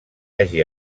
hagi